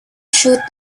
shoot